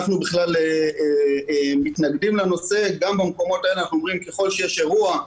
אנחנו מתנגדים לנושא גם במקומות האלה ואנחנו אומרים שככל שיש אירוע,